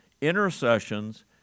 intercessions